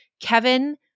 Kevin